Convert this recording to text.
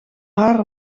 haar